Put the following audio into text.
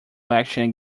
election